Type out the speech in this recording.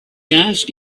asked